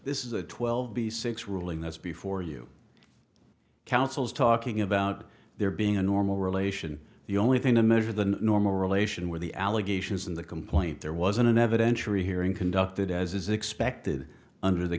this is a twelve b six ruling this before you councils talking about there being a normal relation the only thing to measure than normal relation with the allegations in the complaint there was an evidentiary hearing conducted as is expected under the